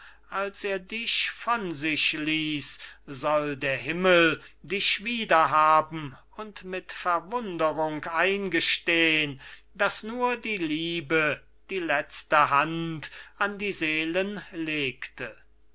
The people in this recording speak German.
als er dich von sich ließ soll der himmel dich wieder haben und mit verwunderung eingestehn daß nur die liebe die letzte hand an die seelen